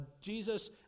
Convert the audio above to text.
Jesus